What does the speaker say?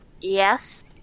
Yes